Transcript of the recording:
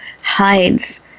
hides